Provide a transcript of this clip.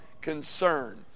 concern